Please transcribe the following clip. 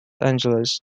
angeles